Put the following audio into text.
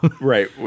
Right